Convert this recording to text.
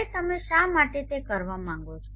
હવે તમે શા માટે તે કરવા માંગો છો